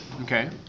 Okay